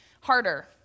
harder